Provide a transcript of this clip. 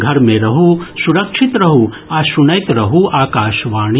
घर मे रहू सुरक्षित रहू आ सुनैत रहू आकाशवाणी